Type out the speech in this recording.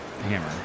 hammer